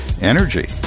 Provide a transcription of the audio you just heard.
energy